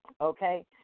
Okay